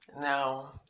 now